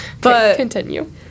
Continue